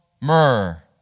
myrrh